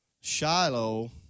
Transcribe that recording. Shiloh